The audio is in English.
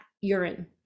urine